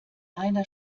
einer